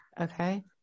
Okay